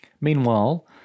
Meanwhile